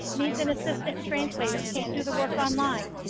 needs an assistant translator, can't do the work online.